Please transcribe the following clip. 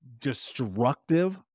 destructive